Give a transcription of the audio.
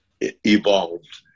evolved